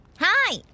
Hi